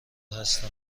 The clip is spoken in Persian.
هستم